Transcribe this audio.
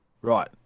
right